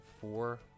four